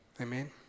amen